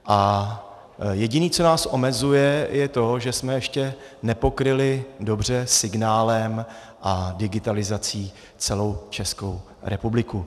A jediné, co nás omezuje, je to, že jsme ještě nepokryli dobře signálem a digitalizací celou Českou republiku.